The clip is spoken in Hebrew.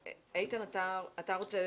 איתן, תציג